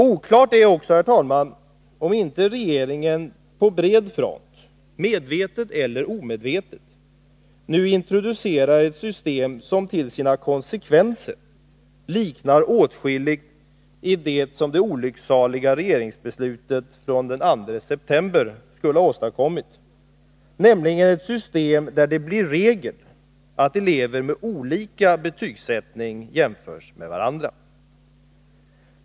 Oklart är också om regeringen på bred front, medvetet eller omedvetet, nu har introducerat ett system som till sina konsekvenser åtskilligt liknar det som det olyckliga regeringsbeslutet från den 2 september skulle ha åstadkommit, nämligen ett system där det blir regel att elever med olika betygsättning jämförs med varandra.